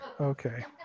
Okay